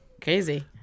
crazy